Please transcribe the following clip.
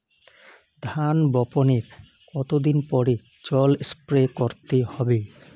ধান বপনের কতদিন পরে জল স্প্রে করতে হবে?